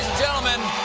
gentlemen,